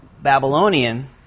Babylonian